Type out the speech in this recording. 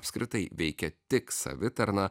apskritai veikia tik savitarna